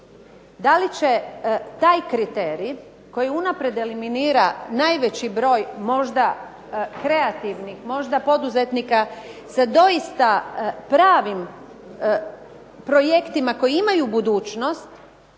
DA li će taj kriterij koji unaprijed eliminira najveći broj možda kreativnih, možda poduzetnika sa doista pravim projektima koji imaju budućnost